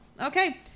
okay